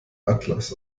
atlas